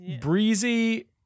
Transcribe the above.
breezy